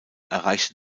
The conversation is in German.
erreichte